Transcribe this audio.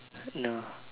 no